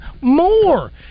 more